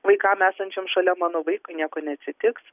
vaikam esančiam šalia mano vaikui nieko neatsitiks